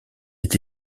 est